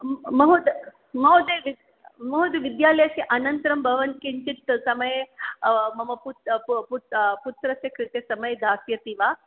महोदय वित् महोदय विद्यालयस्य अनन्तरं भवान् किञ्चित् समयं मम पु पुत्रस्य कृते समयः दास्यति वा